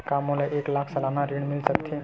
का मोला एक लाख सालाना ऋण मिल सकथे?